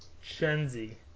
Shenzi